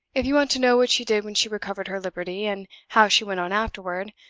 if you want to know what she did when she recovered her liberty, and how she went on afterward,